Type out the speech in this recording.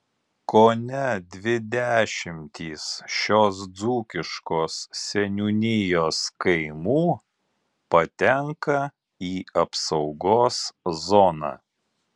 kone dvi dešimtys šios dzūkiškos seniūnijos kaimų patenka į apsaugos zoną